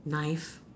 knife